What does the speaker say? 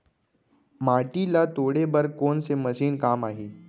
माटी ल तोड़े बर कोन से मशीन काम आही?